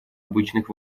обычных